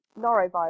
norovirus